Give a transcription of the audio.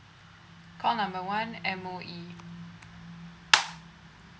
call number one M_O_E